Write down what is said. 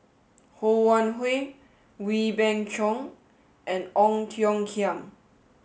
Ho Wan Hui Wee Beng Chong and Ong Tiong Khiam